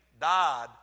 died